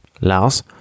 Lars